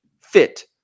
fit